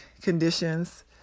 conditions